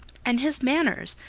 and his manners,